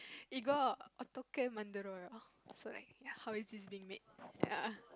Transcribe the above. so like how is this being made ya